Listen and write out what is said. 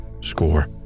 score